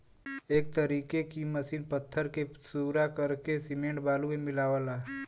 एक तरीके की मसीन पत्थर के सूरा करके सिमेंट बालू मे मिलावला